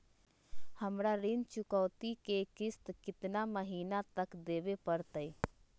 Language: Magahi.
हमरा ऋण चुकौती के किस्त कितना महीना तक देवे पड़तई?